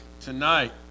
tonight